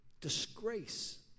disgrace